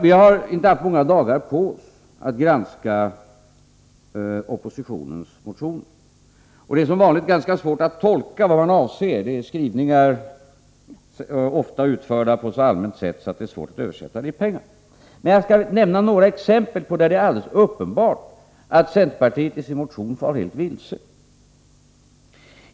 Vi har inte haft många dagar på oss att granska oppositionens motioner, och det är som vanligt ganska svårt att tolka vad man avser; skrivningarna är ofta så allmänna att det är svårt att översätta det hela i pengar. Men jag skall ge några exempel på områden där det är alldeles uppenbart att centerpartiet i sin motion farit vilse.